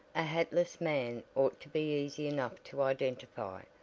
a hatless man ought to be easy enough to identify,